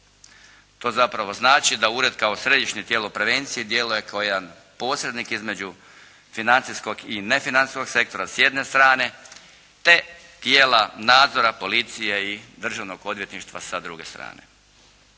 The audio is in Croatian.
To zapravo znači da ured kao središnje tijelo prevencije djeluje kao jedan posrednik između financijskog i nefinancijskog sektora s jedne strane te tijela nadzora, policije i Državnog odvjetništva sa druge strane.